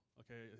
okay